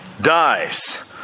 dies